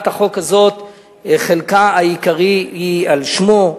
שחלקה העיקרי של הצעת החוק הזאת הוא על שמו,